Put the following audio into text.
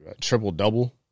triple-double